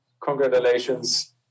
congratulations